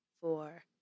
four